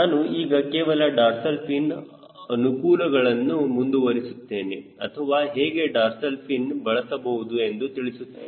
ನಾನು ಈಗ ಕೇವಲ ಡಾರ್ಸಲ್ ಫಿನ್ ಅನುಕೂಲಗಳನ್ನು ಮುಂದುವರಿಸುತ್ತೇನೆ ಅಥವಾ ಹೇಗೆ ಡಾರ್ಸಲ್ ಫಿನ್ ಬಳಸಬಹುದು ಎಂದು ತಿಳಿಸುತ್ತೇನೆ